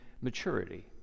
maturity